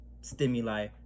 stimuli